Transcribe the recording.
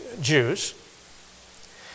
Jews